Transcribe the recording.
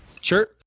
Sure